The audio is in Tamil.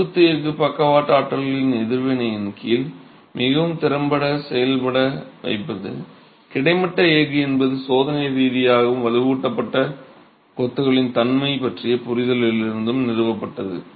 செங்குத்து எஃகு பக்கவாட்டு ஆற்றல்களின் எதிர்வினையின் கீழ் மிகவும் திறம்பட செயல்பட வைப்பது கிடைமட்ட எஃகு என்பது சோதனை ரீதியாகவும் வலுவூட்டப்பட்ட கொத்துகளின் தன்மை பற்றிய புரிதலிலிருந்தும் நிறுவப்பட்டது